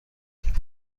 کرد